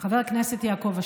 חבר הכנסת יעקב אשר,